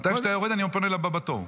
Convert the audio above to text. איך שאתה יורד אני פונה לבא בתור.